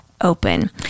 open